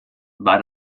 war